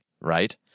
right